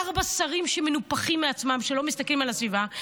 4. שרים שמנופחים מעצמם ולא מסתכלים על הסביבה.